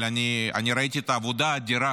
אבל אני ראיתי את העבודה האדירה